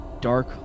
dark